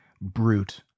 brute